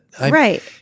Right